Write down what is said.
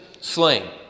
slain